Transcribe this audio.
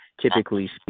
Typically